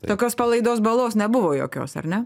tokios palaidos balos nebuvo jokios ar ne